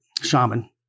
shaman